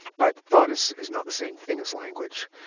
but thought is is not the same thing as language.